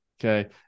okay